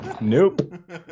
Nope